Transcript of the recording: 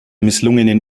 misslungenen